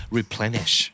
Replenish